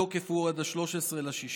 התוקף הוא עד 13 ביוני,